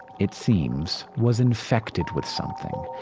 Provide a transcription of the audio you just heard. it seems, was infected with something.